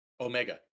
Omega